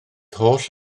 holl